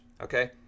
Okay